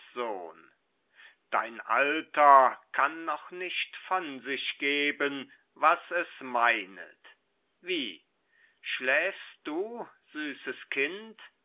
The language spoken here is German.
sohn dein alter kann noch nicht von sich geben was es meint wie schläfst du süßes kind